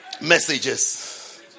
Messages